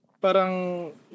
parang